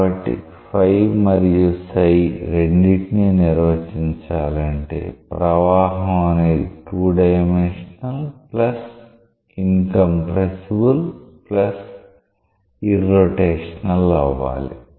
కాబట్టి రెండిటిని నిర్వచించాలంటే ప్రవాహం అనేది 2D ఇన్ కంప్రెసిబుల్ ఇర్రోటేషనల్ అవ్వాలి